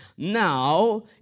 Now